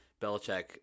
Belichick